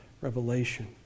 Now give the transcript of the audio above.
revelation